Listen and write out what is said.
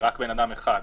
בן אדם אחד,